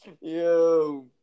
Yo